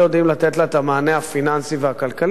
לתת עליה את המענה הפיננסי והכלכלי.